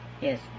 Yes